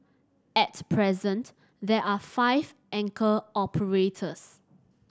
at present there are five anchor operators